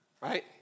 Right